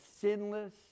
sinless